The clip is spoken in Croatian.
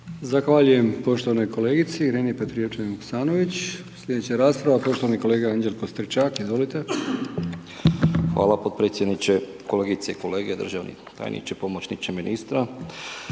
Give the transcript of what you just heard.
Zahvaljujem poštovanoj kolegici Ireni Petrijevčanin Vuksanović. Sljedeća rasprava je poštovani kolega Anđelko Stričak, izvolite. **Stričak, Anđelko (HDZ)** Hvala potpredsjedniče, kolegice i kolege, državni tajniče, pomoćniče ministra.